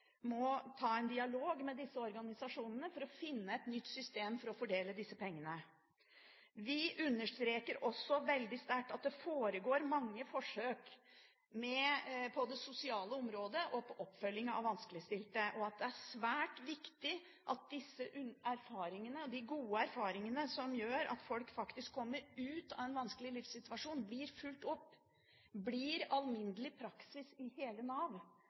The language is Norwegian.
ta en dialog med disse organisasjonene for å finne et nytt system for å fordele disse pengene. Vi understreker også veldig sterkt at det foregår mange forsøk på det sosiale området og på oppfølging av vanskeligstilte. Det er svært viktig at de gode erfaringene, som gjør at folk faktisk kommer ut av en vanskelig livssituasjon, blir fulgt opp og blir alminnelig praksis i hele Nav,